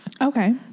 Okay